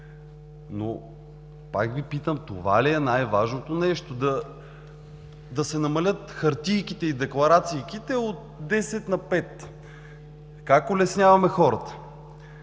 Но пак Ви питам: това ли е най-важното нещо – да се намалят хартийките и декларацийките от десет на пет? Как улесняваме хората?